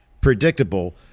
predictable